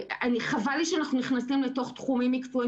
חבל לי שאנחנו נכנסים לתוך תחומים מקצועיים